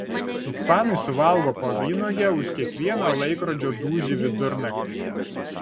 ispanai suvalgo po vynuogę už kiekvieną laikrodžio dūžį vidurnaktį